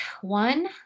One